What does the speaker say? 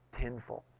tenfold